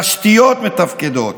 תשתיות מתפקדות,